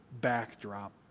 backdrop